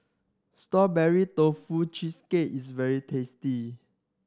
Strawberry Tofu Cheesecake is very tasty